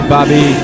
Bobby